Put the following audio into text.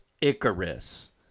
Icarus